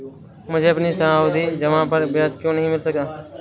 मुझे अपनी सावधि जमा पर ब्याज क्यो नहीं मिला?